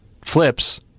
flips